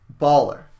Baller